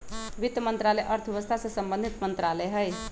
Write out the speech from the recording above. वित्त मंत्रालय अर्थव्यवस्था से संबंधित मंत्रालय हइ